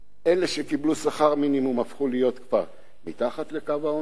אלה שקיבלו שכר מינימום הפכו להיות כבר מתחת לקו העוני,